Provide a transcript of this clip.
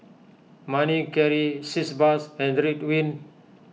Manicare Sitz Bath and Ridwind